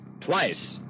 twice